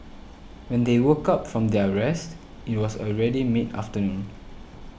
when they woke up from their rest it was already mid afternoon